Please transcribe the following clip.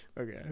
okay